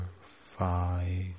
five